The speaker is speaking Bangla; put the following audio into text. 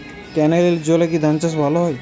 ক্যেনেলের জলে কি ধানচাষ ভালো হয়?